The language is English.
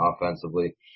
offensively